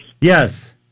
Yes